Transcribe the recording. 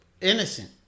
innocent